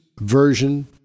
version